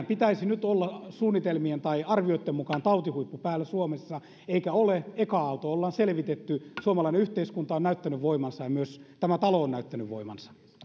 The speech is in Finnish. pitäisi nyt olla suunnitelmien tai arvioitten mukaan tautihuippu päällä suomessa eikä ole eka aalto ollaan selvitetty suomalainen yhteiskunta on näyttänyt voimansa ja myös tämä talo on näyttänyt voimansa